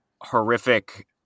horrific